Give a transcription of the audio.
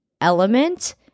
element